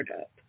up